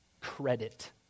credit